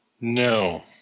No